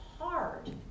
hard